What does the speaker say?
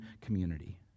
community